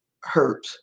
hurt